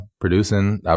producing